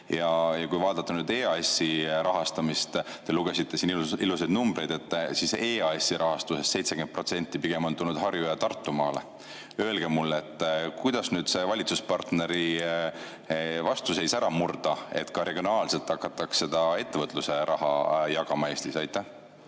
Kui vaadata EAS-i rahastamist, te lugesite siin ilusaid numbreid ette, siis on näha, et EAS-i rahastusest 70% pigem on tulnud Harju- ja Tartumaale. Öelge mulle, kuidas nüüd see valitsuspartneri vastuseis ära murda, et ka regionaalselt hakataks seda ettevõtluse raha jagama Eestis.